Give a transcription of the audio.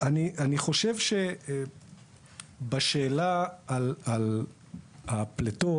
אני חושב שבשאלה על הפליטות